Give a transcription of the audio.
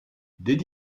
did